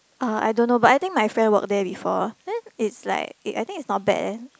uh I don't know but I think my friend work there before then it's like I think it's not bad eh